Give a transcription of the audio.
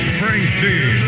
Springsteen